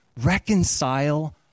reconcile